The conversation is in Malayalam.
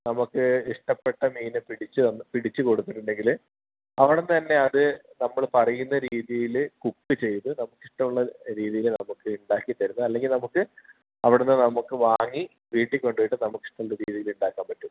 നമുക്ക് ഇഷ്ടപ്പെട്ട മീൻ പിടിച്ച് പിടിച്ച് കൊടുത്തിട്ടുണ്ടെങ്കിൽ അവിടെ നിന്നുതന്നെ അത് നമ്മൾ പറയുന്ന രീതിയിൽ കുക്ക് ചെയ്ത് നമുക്ക് ഇഷ്ടമൂള്ള രീതിയിൽ നമുക്ക് ഉണ്ടാക്കിത്തരുന്ന അല്ലെങ്കിൽ നമുക്ക് അവിടെ നിന്ന് നമുക്ക് വാങ്ങി വീട്ടിൽ കൊണ്ടുപോയിട്ട് നമുക്ക് ഇഷ്ടമുള്ള രീതിയിൽ ഉണ്ടാക്കാൻ പറ്റും